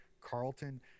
carlton